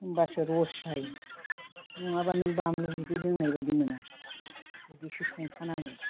होमब्लासो रस जायो नङाब्ला नों बामलु बिदै लोंनाय बायदि मोना बिदिसो संखा नांगौ